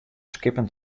skippen